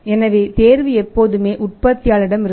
எனவே தேர்வு எப்போதுமே உற்பத்தியாளரிடம் இருக்கும்